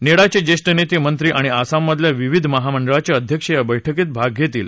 नेडाचे ज्येष्ठ नेते मंत्री आणि आसाममधल्या विविध महामंडळांचे अध्यक्ष या बैठकीत भाग घेतील